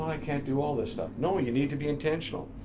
i can't do all this stuff. no, you need to be intentional,